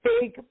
big